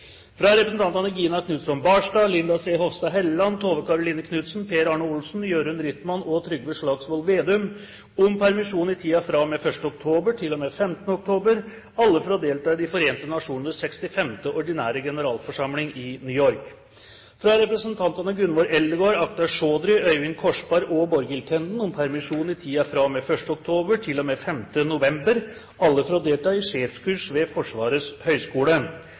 fra representantene Gina Knutson Barstad, Linda C. Hofstad Helleland, Tove Karoline Knutsen, Per Arne Olsen, Jørund Rytman og Trygve Slagsvold Vedum om permisjon i tiden fra og med 1. oktober til og med 15. oktober, alle for å delta i De forente nasjoners 65. ordinære generalforsamling i New York – fra representantene Gunvor Eldegard, Akhtar Chaudhry, Øyvind Korsberg og Borghild Tenden om permisjon i tiden fra og med 1. oktober til og med 5. november, alle for å delta i sjefskurs ved Forsvarets